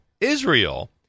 israel